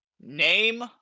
name